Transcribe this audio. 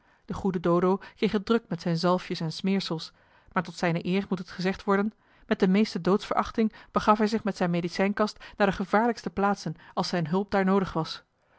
de goede dodo kreeg het druk met zijne zalfjes en smeersels maar tot zijne eer moet het gezegd worden met de meeste doodsverachting begaf hij zich met zijne medicijnkast naar de gevaarlijkste plaatsen als zijne hulp daar noodig was